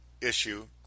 issue